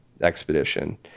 expedition